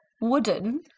wooden